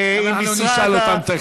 אנחנו תכף נשאל אותם.